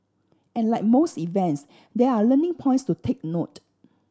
and like most events there are learning points to take note